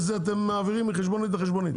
זה אתם מעבירים מחשבונית לחשבונית.